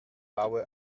baue